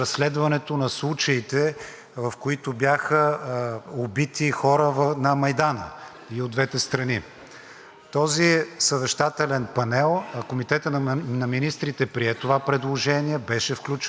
Този съвещателен панел, Комитетът на министрите прие това предложение, беше включено разследването и излезе със становище по това как